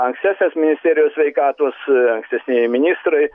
ankstesnės ministerijos sveikatos ankstesnieji ministrai